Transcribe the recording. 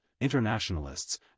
Internationalists